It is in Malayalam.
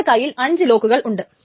നമ്മുടെ കൈയിൽ 5 ലോക്കുകൾ ഉണ്ട്